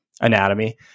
anatomy